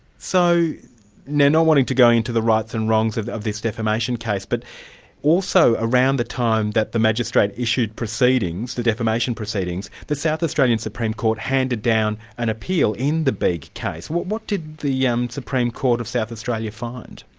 so, now not wanting to go into the rights and wrongs of this defamation case, but also around the time that the magistrate issued proceedings, the defamation proceedings, the south australian supreme court handed down an appeal in the bieg case. what did the yeah um supreme court of south australia find?